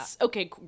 okay